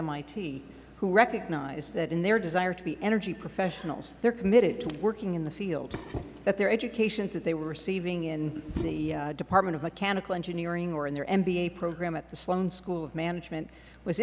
mit who recognize that in their desire to be energy professionals they are committed to working in the field that their educations that they were receiving in the department of mechanical engineering or in their mba program at the sloan school of management was